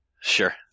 Sure